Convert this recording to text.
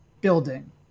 building